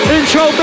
Intro